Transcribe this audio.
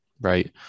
right